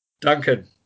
Duncan